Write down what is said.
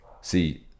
See